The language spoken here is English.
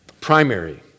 Primary